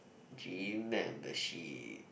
gym membership